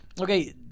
Okay